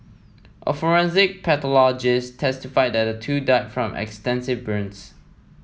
a forensic pathologist testified that the two died from extensive burns